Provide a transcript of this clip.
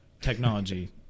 technology